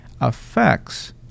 affects